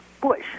Bush